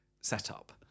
setup